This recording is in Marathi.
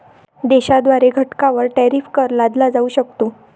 देशाद्वारे घटकांवर टॅरिफ कर लादला जाऊ शकतो